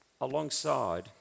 alongside